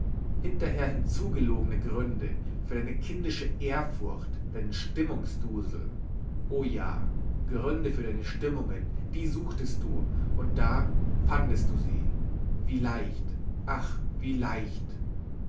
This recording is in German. hinterher hinzu gelogene gründe für deine kindische ehrfurcht deinen stimmungsdusel o ja gründe für deine stimmungen die suchtest du und da fandest du sie wie leicht ach wie leicht